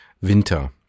Winter